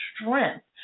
strength